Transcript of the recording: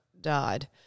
died